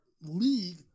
league